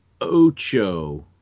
Ocho